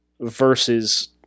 versus